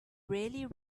rarely